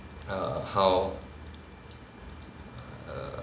err how err